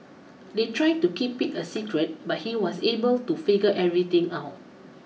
they tried to keep it a secret but he was able to figure everything out